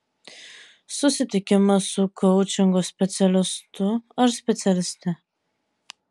susitikimas su koučingo specialistu ar specialiste